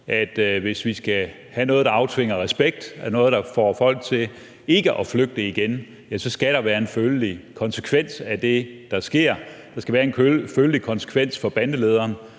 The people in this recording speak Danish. at hvis vi skal have noget, der aftvinger respekt, noget, der får folk til ikke at flygte igen, ja, så skal der være en følelig konsekvens af det, der sker. Der skal være en følelig konsekvens for bandelederen,